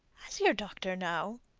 as your doctor, now,